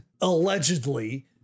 allegedly